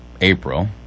April